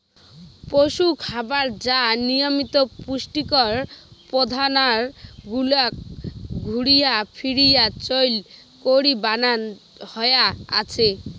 পশুখাবার যা নিয়মিত পৌষ্টিক উপাদান গুলাক ঘুরিয়া ফিরিয়া চইল করি বানান হয়া আছে